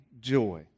joy